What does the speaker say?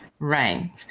Right